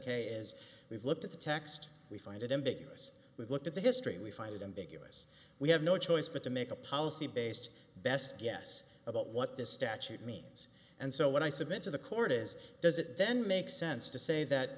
k is we've looked at the text we find it ambiguous we look at the history we find it in big us we have no choice but to make a policy based best guess about what this statute means and so what i submit to the court is does it then make sense to say that